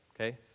okay